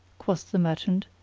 quoth the merchant,